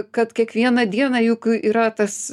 kad kiekvieną dieną juk yra tas